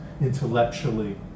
intellectually